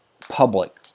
public